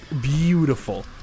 Beautiful